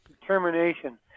determination